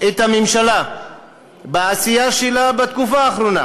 את הממשלה בעשייה שלה בתקופה האחרונה,